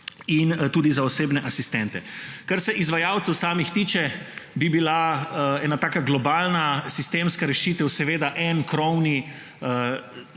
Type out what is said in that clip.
in tudi za osebne asistente. Kar se izvajalcev samih tiče, bi bila ena taka globalna sistemska rešitev en krovni